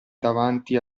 davanti